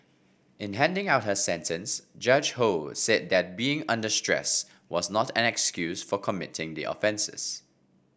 in handing out her sentence Judge Ho said that being under stress was not an excuse for committing the offences